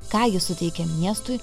ką jis suteikia miestui